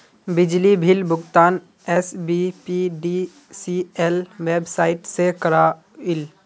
बिजली बिल भुगतान SBPDCL website से क्रॉइल